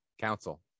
council